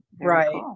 right